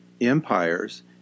empires